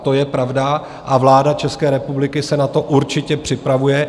To je pravda a vláda České republiky se na to určitě připravuje.